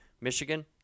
Michigan